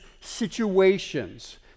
situations